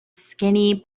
skinny